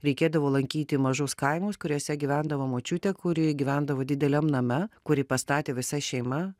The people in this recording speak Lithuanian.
reikėdavo lankyti mažus kaimus kuriuose gyvendavo močiutė kuri gyvendavo dideliam name kurį pastatė visa šeima